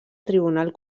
tribunal